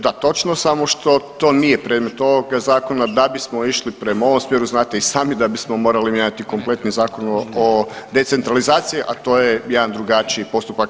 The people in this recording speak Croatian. Da, točno samo što to nije predmet ovoga zakona da bismo išli prema ovom smjeru znate i sami da bismo morali mijenjati kompletni Zakon o decentralizaciji, a to je jedan drugačiji postupak.